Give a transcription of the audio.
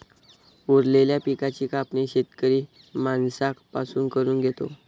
उरलेल्या पिकाची कापणी शेतकरी माणसां पासून करून घेतो